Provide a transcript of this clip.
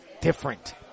different